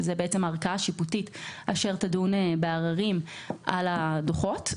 וזאת בעצם ערכאה שיפוטית שתדון בעררים על הדוחות.